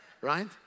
Right